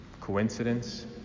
Coincidence